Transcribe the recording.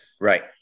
right